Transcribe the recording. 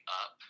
up